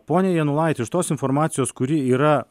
pone janulaiti iš tos informacijos kuri yra